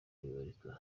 imurika